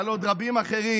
ועל עוד רבים אחרים,